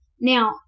Now